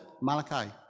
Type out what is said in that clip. malachi